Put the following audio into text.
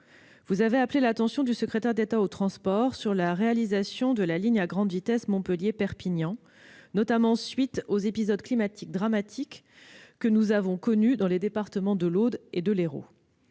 vous avez appelé l'attention du secrétaire d'État aux transports sur la réalisation de la ligne à grande vitesse Montpellier-Perpignan, notamment à la suite des épisodes climatiques dramatiques que nous avons connus dans les départements de l'Aude et de l'Hérault.